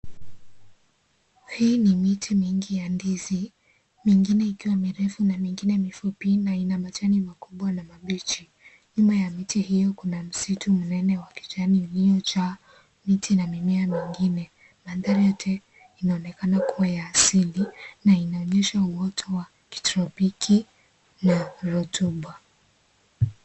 Hii ni miti mingi ya ndizi. Mengine ikiwa mirefu na mengine ikiwa mifupi na ina majani makubwa na mabichi. Nyuma ya miti hiyo kuna msitu mnene wa kijani uliyojaa miti na mimea mengine. Mandhari yote inaonekana kuwa ya asili na inanyesha uoto wa kitropiki na rotumba.